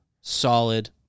solid